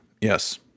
yes